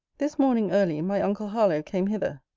this morning early my uncle harlowe came hither.